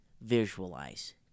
visualize